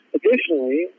Additionally